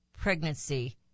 pregnancy